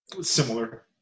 similar